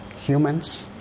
humans